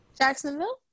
Jacksonville